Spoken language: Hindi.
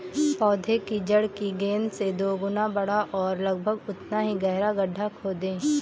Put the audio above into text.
पौधे की जड़ की गेंद से दोगुना बड़ा और लगभग उतना ही गहरा गड्ढा खोदें